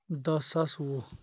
دٔہ ساس وُہ